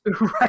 Right